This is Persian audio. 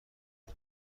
بود